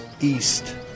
east